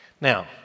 Now